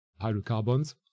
hydrocarbons